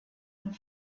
and